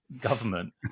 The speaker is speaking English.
Government